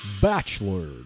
Bachelor